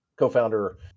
co-founder